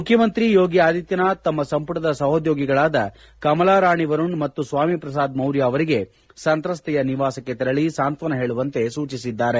ಮುಖ್ಯಮಂತ್ರಿ ಯೋಗಿ ಆದಿತ್ಯನಾಥ್ ತಮ್ಮ ಸಂಪುಟದ ಸಹೋದ್ಯೋಗಿಗಳಾದ ಕಮಲಾರಾಣಿ ವರುಣ್ ಮತ್ತು ಸ್ವಾಮಿ ಪ್ರಸಾದ್ ಮೌರ್ಯ ಅವರಿಗೆ ಸಂತ್ರಸ್ವೆಯ ನಿವಾಸಕ್ಕೆ ತೆರಳಿ ಸಾಂತ್ವನ ಹೇಳುವಂತೆ ಸೂಚಿಸಿದ್ದಾರೆ